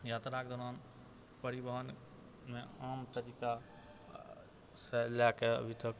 यात्राके दौरान परिवहनमे आम तरीकासँ लऽ कऽ अभी तक